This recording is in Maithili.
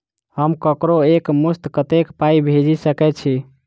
हम ककरो एक मुस्त कत्तेक पाई भेजि सकय छी?